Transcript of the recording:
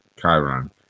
chiron